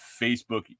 Facebook